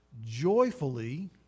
joyfully